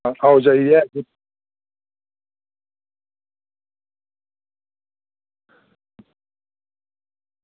आओ जाई ऐ